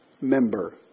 member